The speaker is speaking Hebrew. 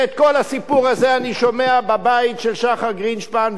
את כל הסיפור הזה אני שומע בבית של שחר גרינשפן,